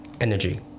energy